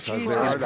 Jesus